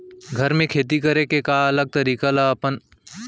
घर मे खेती करे बर का अलग तरीका ला अपना के बीज ला इस्तेमाल करथें का?